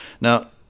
Now